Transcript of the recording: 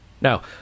Now